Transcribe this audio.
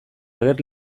ager